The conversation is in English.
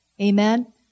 Amen